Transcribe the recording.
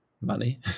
money